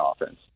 offense